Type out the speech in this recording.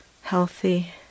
healthy